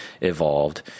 evolved